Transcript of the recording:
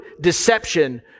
deception